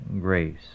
grace